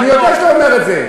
אני יודע שאתה אומר את זה.